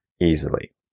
easily